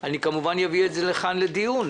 אני כמובן אביא אותן לכאן לדיון,